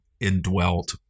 indwelt